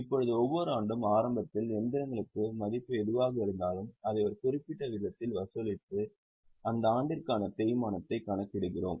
இப்போது ஒவ்வொரு ஆண்டும் ஆரம்பத்தில் இயந்திரங்களின் மதிப்பு எதுவாக இருந்தாலும் அதை ஒரு குறிப்பிட்ட விகிதத்தில் வசூலித்து அந்த ஆண்டிற்கான தேய்மானத்தைக் கணக்கிடுகிறோம்